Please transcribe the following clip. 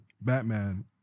Batman